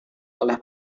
oleh